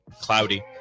Cloudy